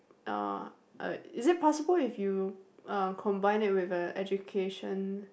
uh uh is it possible if you uh combine it with a education